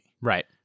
Right